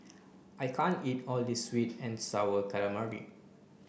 I can't eat all this sweet and sour calamari